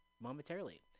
momentarily